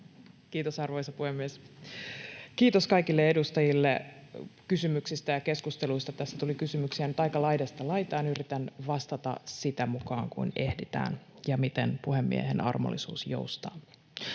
Kiitos, arvoisa puhemies! Kiitos kaikille edustajille kysymyksistä ja keskusteluista. Tässä tuli kysymyksiä nyt aika laidasta laitaan. Yritän vastata sitä mukaan, kun ehditään ja miten puhemiehen armollisuus joustaa.